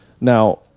Now